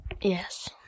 Yes